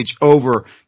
over